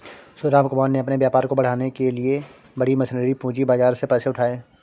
रामकुमार ने अपने व्यापार को बढ़ाने के लिए बड़ी मशीनरी पूंजी बाजार से पैसे उठाए